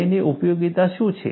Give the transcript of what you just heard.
J ની ઉપયોગીતા શું છે